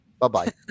Bye-bye